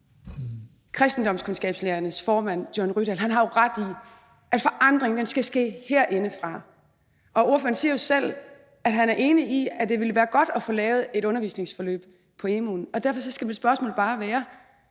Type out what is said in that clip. Kristendomskundskabslærernes formand, John Rydahl, har jo ret i, at forandringen skal ske herindefra. Og ordføreren siger jo selv, at han er enig i, at det ville være godt at få lavet et undervisningsforløb på emu.dk. Derfor skal mit spørgsmål bare være: